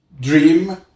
dream